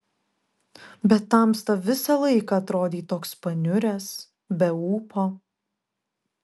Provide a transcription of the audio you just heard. bet tamsta visą laiką atrodei toks paniuręs be ūpo